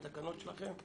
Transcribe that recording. לתקנות שלכם?